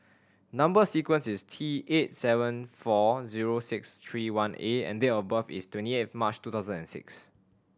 number sequence is T eight seven four zero six three one A and date of birth is twenty eighth March two thousand and six